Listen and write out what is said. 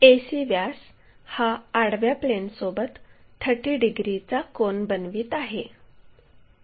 AC व्यास हा आडव्या प्लेनसोबत 30 डिग्रीचा कोन बनवित आहे